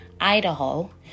Idaho